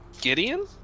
Gideon